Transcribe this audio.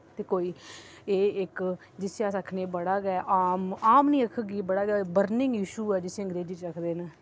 कोई एह् इक जिसी अस आखने बड़ा गै आम आम निं आखगी बड़ा गै बर्निंग इशू ऐ जिसी अंग्रेजी च आखदे न